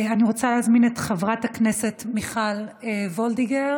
אני רוצה להזמין את חברת הכנסת מיכל וולדיגר.